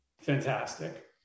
fantastic